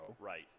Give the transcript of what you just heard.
Right